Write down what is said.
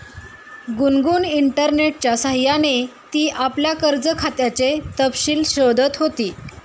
गुनगुन इंटरनेटच्या सह्याने ती आपल्या कर्ज खात्याचे तपशील शोधत होती